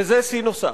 וזה שיא נוסף.